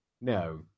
no